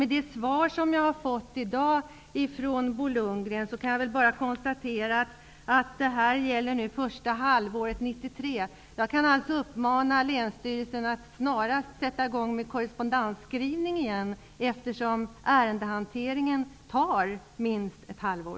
Med anledning av det svar som jag i dag har fått av Bo Lundgren kan jag konstatera att det här gäller för första halvåret 1993. Jag kan alltså uppmana länsstyrelsen att snarast sätta i gång med korrespondensen igen, eftersom ärendehanteringen tar minst ett halvår.